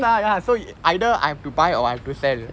ya ya so either I have to buy or I have to sell